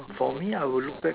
for me I will look back